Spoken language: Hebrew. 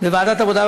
בוועדת העבודה,